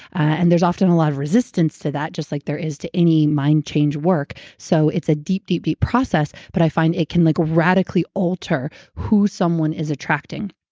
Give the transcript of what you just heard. and there's often a lot of resistance to that, just like there is to any mind change work, so it's a deep, deep, deep process but i find it can like radically alter who someone is attracting,